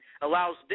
allows